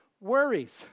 worries